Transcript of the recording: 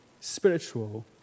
spiritual